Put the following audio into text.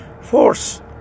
force